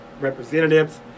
representatives